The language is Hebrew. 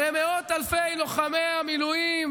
הרי מאות אלפי לוחמי המילואים